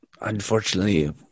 Unfortunately